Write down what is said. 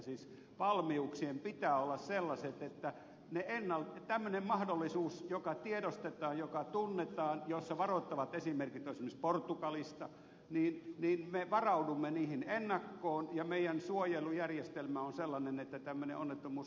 siis valmiuksien pitää olla sellaiset että kun on tämmöinen mahdollisuus joka tiedostetaan joka tunnetaan josta varoittavat esimerkit on esimerkiksi portugalista niin me varaudumme niihin ennakkoon ja meidän suojelujärjestelmämme on sellainen että tämmöinen onnettomuus ei pääse tapahtumaan